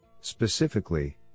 Specifically